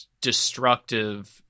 destructive